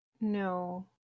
no